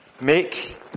Make